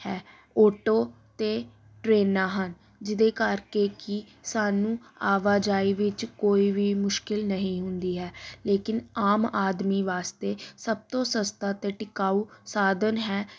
ਹੈ ਓਟੋ ਅਤੇ ਟਰੇਨਾਂ ਹਨ ਜਿਹਦੇ ਕਰਕੇ ਕਿ ਸਾਨੂੰ ਆਵਾਜਾਈ ਵਿੱਚ ਕੋਈ ਵੀ ਮੁਸ਼ਕਲ ਨਹੀਂ ਹੁੰਦੀ ਹੈ ਲੇਕਿਨ ਆਮ ਆਦਮੀ ਵਾਸਤੇ ਸਭ ਤੋਂ ਸਸਤਾ ਅਤੇ ਟਿਕਾਊ ਸਾਧਨ ਹੈ